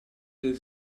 del